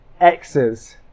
X's